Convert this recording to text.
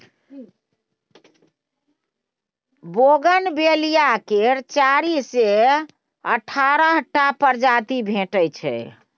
bougainvillea केर चारि सँ अठारह टा प्रजाति भेटै छै